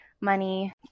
money